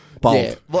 Bold